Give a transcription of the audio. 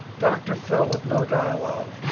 dr. phil with no dialogue.